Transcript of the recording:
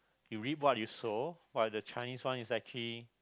to reap what you sow but the Chinese one is actually